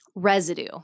residue